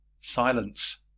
Silence